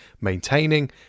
maintaining